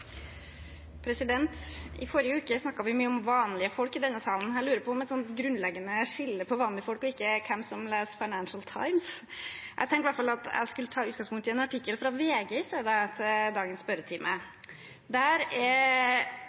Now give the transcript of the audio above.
I forrige uke snakket vi mye om vanlige folk i denne salen. Jeg lurer på om et grunnleggende skille mellom vanlige folk og ikke vanlige folk, er hvem som leser Financial Times. Jeg tenkte i hvert fall at jeg i stedet skulle ta utgangspunkt i en artikkel fra VG i dagens spørretime. Der er